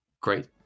Great